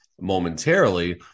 momentarily